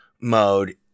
mode